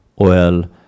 oil